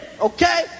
okay